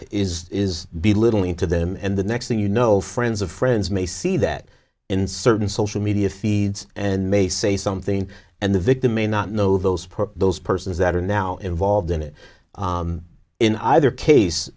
is is be a little into them and the next thing you know friends of friends may see that in certain social media feeds and may say something and the victim may not know those those persons that are now involved in it in either case